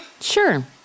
Sure